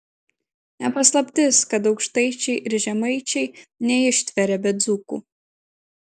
ne paslaptis kad aukštaičiai ir žemaičiai neištveria be dzūkų